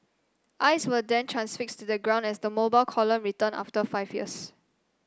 eyes were then transfixed to the ground as the Mobile Column returned after five years